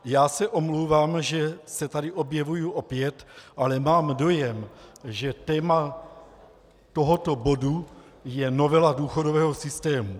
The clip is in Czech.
Já se omlouvám, že se tady objevuji opět, ale mám dojem, že téma tohoto bodu je novela důchodového systému.